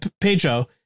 pedro